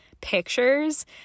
pictures